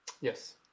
Yes